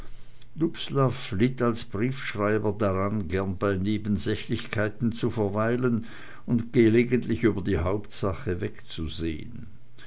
litt als briefschreiber daran gern bei nebensächlichkeiten zu verweilen und gelegentlich über die hauptsache wegzusehn